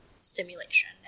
stimulation